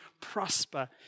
prosper